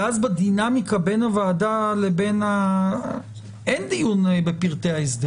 ואז בדינמיקה בין הוועדה אין דיון בפרטי ההסדר.